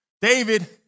David